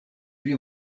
pri